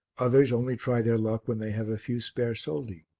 others only try their luck when they have a few spare soldi,